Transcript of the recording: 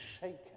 shaken